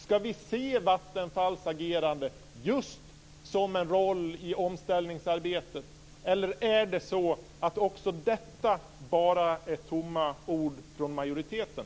Ska vi se Vattenfalls agerande just som en del i omställningsarbetet, eller är också detta bara tomma ord från majoriteten?